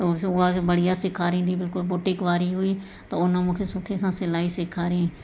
त उहो छा उहा बढ़िया सेखारींदी बिल्कुलु बुटिक वारी हुई त उन मूंखे सुठे सां सिलाई सेखारियईं